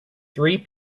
three